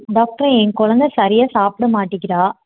doctor என் கொழந்த சரியாக சாப்பிட மாட்டிங்கிறா